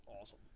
awesome